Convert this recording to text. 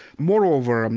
moreover, um